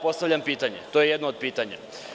Postavljam pitanje, to je jedno od pitanja.